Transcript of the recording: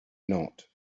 not